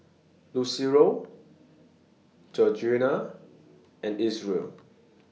Lucero Georgiana and Isreal